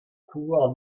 pouvoir